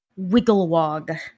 Wigglewog